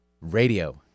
radio